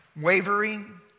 Wavering